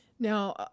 Now